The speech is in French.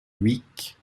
dhuicq